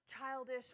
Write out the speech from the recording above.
childish